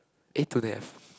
eh to death